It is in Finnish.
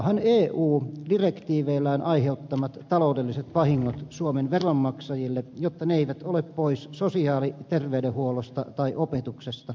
korvaahan eu direktiiveillään aiheuttamansa taloudelliset vahingot suomen veronmaksajille jotta ne eivät ole poissa esimerkiksi sosiaali ja terveydenhuollosta tai opetuksesta